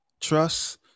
trust